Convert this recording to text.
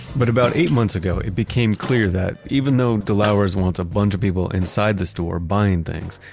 but about eight months ago, it became clear that even though delauer's wants a bunch of people inside the store buying things,